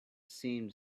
seemed